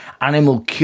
animal